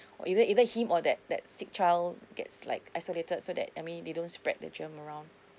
either either him or that that sick child gets like isolated so that I mean they don't spread the germ around